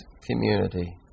community